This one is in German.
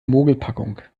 mogelpackung